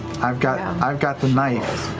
i've got i've got the knife,